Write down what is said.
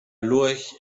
lurch